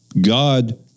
god